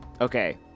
Okay